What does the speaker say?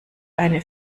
eine